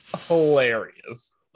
hilarious